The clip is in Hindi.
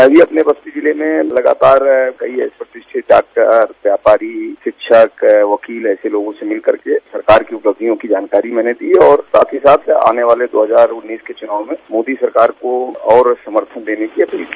मैं भी अपने बस्ती जिले में लगातार नई प्रतिष्ठित डाक्टर व्यापारी शिक्षक वकील ऐसे लोगों से मिल करके सरकार की उपलब्धियों की जानकारी मैंने दी और साथ ही साथ आने वाले दो हजार उन्नीस के चुनाव में मोदी सरकार को और समर्थन देने की अपील की